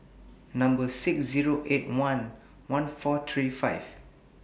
six Zero eight one one four three five